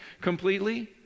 completely